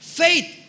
faith